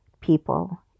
people